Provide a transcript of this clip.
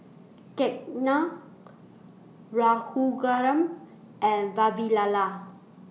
Ketna Raghuram and Vavilala